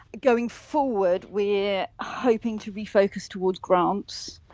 going forward, we're hoping to refocus towards grants,